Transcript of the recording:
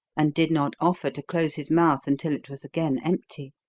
and did not offer to close his mouth until it was again empty.